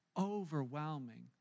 overwhelming